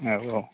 औ औ